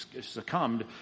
succumbed